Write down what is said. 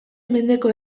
mendeko